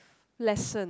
lesson